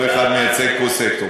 כל אחד מייצג פה סקטור.